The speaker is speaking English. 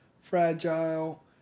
fragile